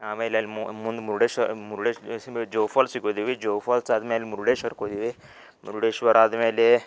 ಆಮೇಲೆ ಅಲ್ಲಿ ಮುಂದೆ ಮುರ್ಡೇಶ್ವರ ಜೋಗ್ ಫಾಲ್ಸಿಗೆ ಹೋಯಿದ್ವಿ ಜೋಗ್ ಫಾಲ್ಸ್ ಆದ್ಮೇಲೆ ಮುರ್ಡೇಶ್ವರಕ್ಕೆ ಹೋದ್ವಿ ಮುರುಡೇಶ್ವರ ಆದ್ಮೇಲೆ